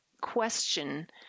question